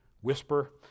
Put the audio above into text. whisper